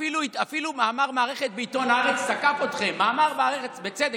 אפילו מאמר מערכת בעיתון הארץ תקף אתכם, ובצדק.